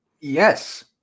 Yes